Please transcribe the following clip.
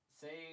say